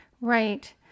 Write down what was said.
Right